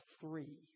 three